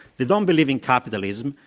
they don't believe in capitalism.